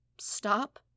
stop